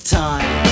time